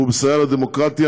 הוא מסייע לדמוקרטיה,